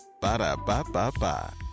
Ba-da-ba-ba-ba